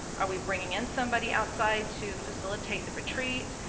are we bringing in somebody outside to facilitate the retreat?